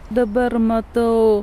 dabar matau